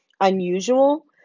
unusual